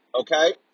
okay